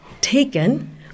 taken